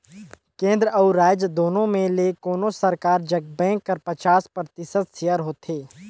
केन्द्र अउ राएज दुनो में ले कोनोच सरकार जग बेंक कर पचास परतिसत सेयर होथे